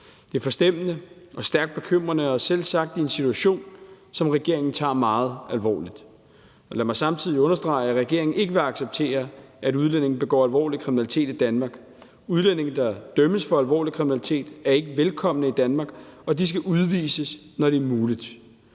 Det er forstemmende, stærkt bekymrende og selvsagt en situation, som regeringen tager meget alvorligt, og lad mig samtidig understrege, at regeringen ikke vil acceptere, at udlændinge begår alvorlig kriminalitet i Danmark. Udlændinge, der dømmes for alvorlig kriminalitet, er ikke velkomne i Danmark, og de skal udvises, når det er muligt.